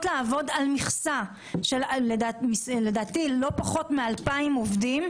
לעבוד על מכסה של לדעתי לא פחות מאלפיים עובדים,